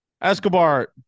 Escobar